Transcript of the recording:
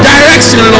Direction